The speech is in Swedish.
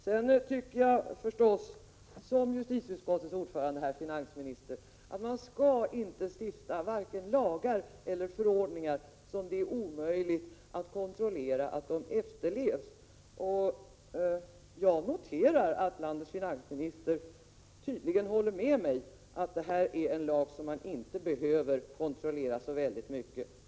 Sedan tycker jag förstås, liksom justitieutskottets ordförande, att man inte skall vare sig stifta lagar eller utge förordningar som det är omöjligt att kontrollera efterlevnaden av. Jag noterar att landets finansminister tydligen håller med mig, att detta är en lag som man inte behöver kontrollera så mycket.